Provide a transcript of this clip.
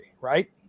right